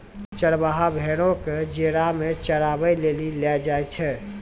चरबाहा भेड़ो क जेरा मे चराबै लेली लै जाय छै